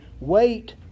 wait